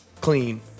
clean